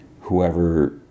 whoever